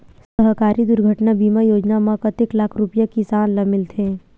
सहकारी दुर्घटना बीमा योजना म कतेक लाख रुपिया किसान ल मिलथे?